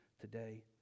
today